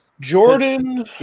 Jordan